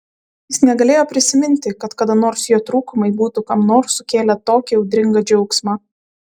jis negalėjo prisiminti kad kada nors jo trūkumai būtų kam nors sukėlę tokį audringą džiaugsmą